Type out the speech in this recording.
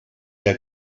der